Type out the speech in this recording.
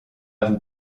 vous